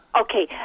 Okay